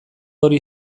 hori